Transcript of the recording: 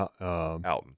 Alton